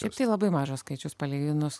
taip tai labai mažas skaičius palyginus